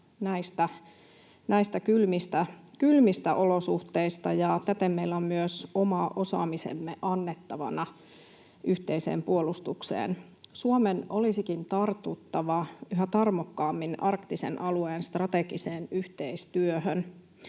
näistä kylmistä olosuhteista, ja täten meillä on myös oma osaamisemme annettavana yhteiseen puolustukseen. Suomen olisikin tartuttava yhä tarmokkaammin arktisen alueen strategiseen yhteistyöhön.